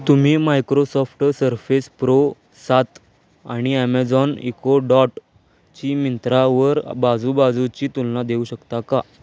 तुम्ही Microsoft Surface Pro सात आणि ॲमेझॉन इको डॉट ची मिंत्रावर बाजूबाजूची तुलना देऊ शकता का